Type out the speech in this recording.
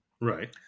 Right